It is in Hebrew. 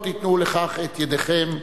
לא תיתנו לכך את ידיכם,